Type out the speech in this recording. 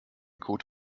code